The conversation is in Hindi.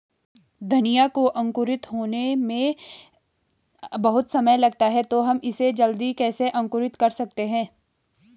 धनिया को अंकुरित होने में बहुत समय लगता है तो हम इसे जल्दी कैसे अंकुरित कर सकते हैं?